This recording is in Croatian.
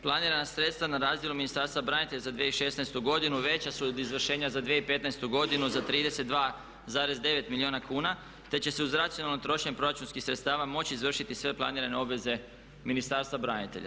Planirana sredstva na razdjelu Ministarstva branitelja za 2016. godinu veća su od izvršenja za 2015. godinu za 32,9 milijuna kuna te će se uz racionalno trošenje proračunskih sredstava moći izvršiti sve planirane obveze Ministarstva branitelja.